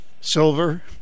silver